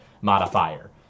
modifier